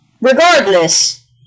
regardless